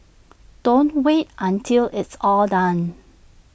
don't wait until it's all done